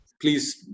Please